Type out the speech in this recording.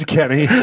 Kenny